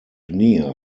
near